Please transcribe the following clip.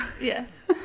yes